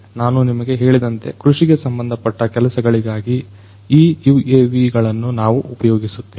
ನಾನು ನಿಮಗೆ ಹೇಳಿದಂತೆ ಕೃಷಿಗೆ ಸಂಬಂಧಪಟ್ಟ ಕೆಲಸಗಳಿಗಾಗಿ ಈ UAV ಗಳನ್ನು ನಾವು ಉಪಯೋಗಿಸುತ್ತೇವೆ